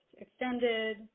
extended